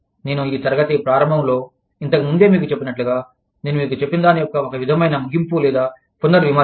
నేను ఈ తరగతి ప్రారంభంలో ఇంతకు ముందే మీకు చెప్పినట్లుగా నేను మీకు చెప్పినదాని యొక్క ఒక విధమైన ముగింపు లేదా పునర్విమర్శ